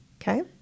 Okay